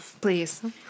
please